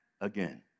again